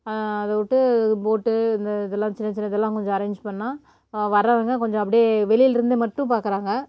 அதவிட்டு போட்டு இந்த இதெல்லாம் சின்ன சின்னதெல்லாம் கொஞ்சம் அரேஞ்ச் பண்ணால் வர்றவங்க கொஞ்சம் அப்படியே வெளியில் இருந்து மட்டும் பார்க்குறாங்க